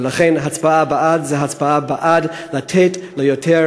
ולכן הצבעה בעד זה הצבעה בעד לתת ליותר